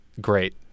Great